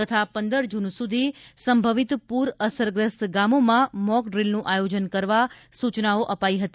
તથા પંદર જૂન સુધી સંભવિત પૂર અસરગ્રસ્ત ગામોમાં મોકડ્રીલનું આયોજન કરવા સૂચનાઓ અપાઈ હતી